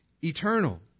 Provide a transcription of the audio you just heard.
eternal